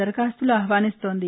దరఖాస్తులను ఆహ్వానిస్తోంది